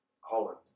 Holland